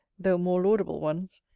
though more laudable ones,